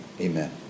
Amen